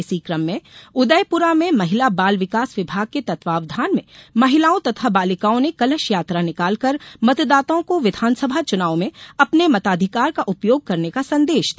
इसी क्रम में उदयपुरा में महिला बाल विकास विभाग के तत्वाधान में महिलाओं तथा बालिकाओं ने कलश यात्रा निकालकर मतदाताओं को विधानसभा चुनाव में अपने मताधिकार का उपयोग करने का संदेश दिया